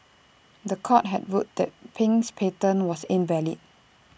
The Court had ruled that Pin's patent was invalid